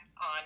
on